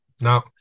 Now